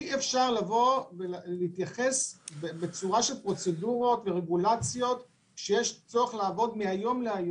אי-אפשר לדבר על פרוצדורה ורגולציה כשיש צורך לעבוד בצורה מיידית.